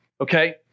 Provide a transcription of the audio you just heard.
Okay